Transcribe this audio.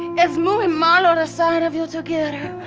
es muy malo the sight of you together.